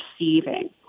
receiving